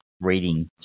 reading